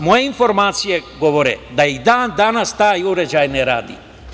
Moje informacije govore da i dan danas taj uređaj ne radi.